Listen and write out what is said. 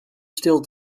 stil